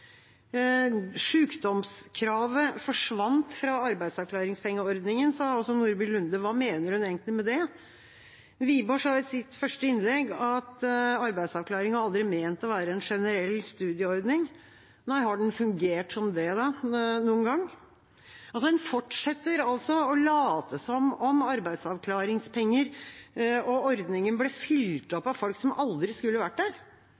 forsvant fra arbeidsavklaringspengeordningen, sa også Nordby Lunde. Hva mener hun egentlig med det? Wiborg sa i sitt første innlegg at arbeidsavklaring aldri var ment å være en «generell studiestøtteordning». Nei, har den noen gang fungert som det, da? En fortsetter altså å late som om arbeidsavklaringspengeordningen blir fylt opp av folk som aldri skulle vært der,